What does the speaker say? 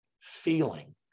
feeling